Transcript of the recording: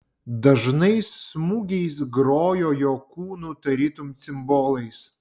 dažnais smūgiais grojo jo kūnu tarytum cimbolais